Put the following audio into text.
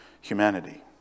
humanity